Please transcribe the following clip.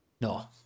No